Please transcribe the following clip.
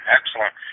Excellent